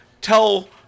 tell